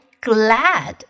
glad